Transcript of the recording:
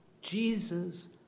Jesus